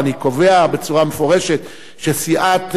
ואני קובע בצורה מפורשת שסיעת